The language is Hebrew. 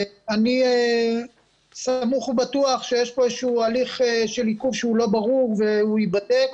אני סמוך ובטוח שיש פה איזה שהוא הליך עיכוב שלא ברור והוא ייבדק.